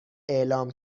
اعلام